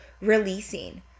releasing